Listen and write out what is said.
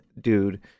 dude